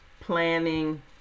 planning